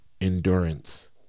endurance